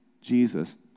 Jesus